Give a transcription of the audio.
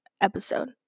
episode